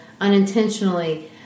unintentionally